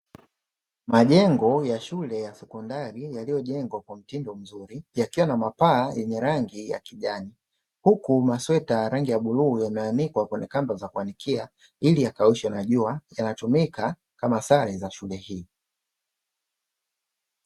Majengo ya shule ya sekondari yaliyojengwa kwa mtindo mzuri, yakiwa na mapaa yenye rangi ya kijani. Huku masweta rangi ya bluu yameanikwa kwenye kamba za kuanikia ili yakaushwe na jua yanatumika kama sare za shule hii.